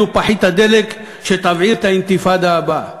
פחית הדלק שתבעיר את האינתיפאדה הבאה.